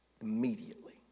immediately